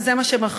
וזה מה שחשוב.